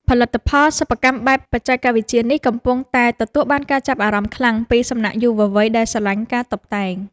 ផលិតផលសិប្បកម្មបែបបច្ចេកវិទ្យានេះកំពុងតែទទួលបានការចាប់អារម្មណ៍ខ្លាំងពីសំណាក់យុវវ័យដែលស្រឡាញ់ការតុបតែង។